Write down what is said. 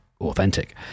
authentic